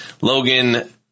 Logan